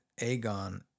Aegon